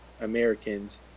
Americans